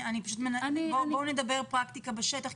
בואו נדבר פרקטית בשטח,